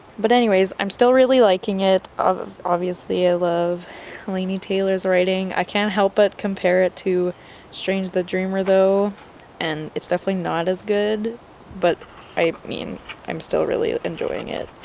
but anyways i'm still really liking it, um obviously i love laini taylor's writing, i can't help but compare it to strange the dreamer though and it's definitely not as good but i mean i'm still really enjoying it,